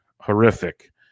Horrific